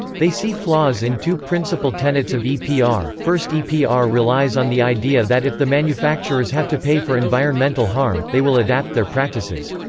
they see flaws in two principal tenets of epr first epr relies on the idea that if the manufacturers have to pay for environmental harm, they will adapt their practices.